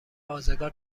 ازگار